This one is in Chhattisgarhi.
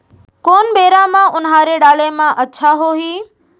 कोन बेरा म उनहारी डाले म अच्छा होही?